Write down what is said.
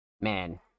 Man